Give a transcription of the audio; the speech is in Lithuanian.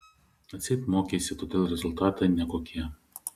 atseit mokeisi todėl rezultatai nekokie